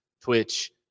Twitch